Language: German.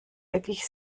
wirklich